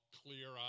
clear